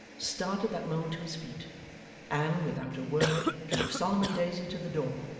started that moment to his feet and, without a word, drew solomon daisy to the door,